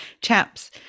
chaps